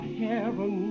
heaven